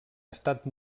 estat